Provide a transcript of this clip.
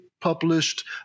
published